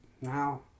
Now